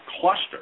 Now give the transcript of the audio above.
cluster